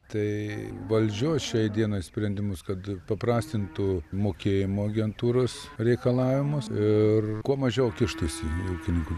tai valdžios šiai dienai sprendimus kad paprastintų mokėjimo agentūros reikalavimus ir kuo mažiau kištųsi į ūkininkų